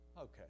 okay